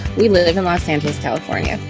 we live in los angeles, california,